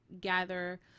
gather